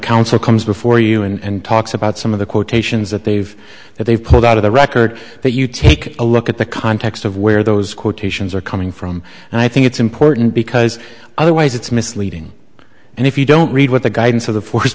council comes before you and talks about some of the quotations that they've that they've pulled out of the record that you take a look at the context of where those quotations are coming from and i think it's important because otherwise it's misleading and if you don't read what the guidance of the for